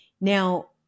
Now